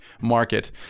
market